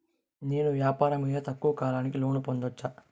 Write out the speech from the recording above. నేను వ్యాపారం మీద తక్కువ కాలానికి లోను పొందొచ్చా?